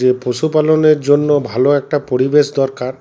যে পশুপালনের জন্য ভালো একটা পরিবেশ দরকার